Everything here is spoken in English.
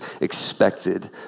expected